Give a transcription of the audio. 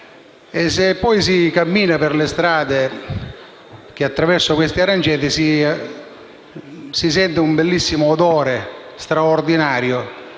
Se poi si cammina per le strade che attraversano questi aranceti, si sente un bellissimo odore: un profumo